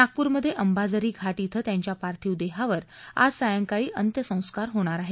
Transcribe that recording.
नागपूरमध्ये अंबाझरी घाट श्वे त्यांच्या पार्थिव देहावर आज सायंकाळी अंत्यसंस्कार होणार आहेत